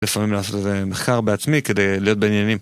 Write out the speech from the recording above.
לפעמים לעשות איזה מחקר בעצמי כדי להיות בעניינים